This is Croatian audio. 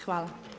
Hvala.